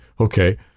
okay